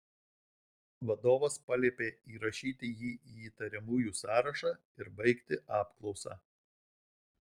vadovas paliepė įrašyti jį į įtariamųjų sąrašą ir baigti apklausą